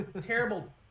terrible